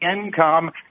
income